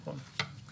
נכון.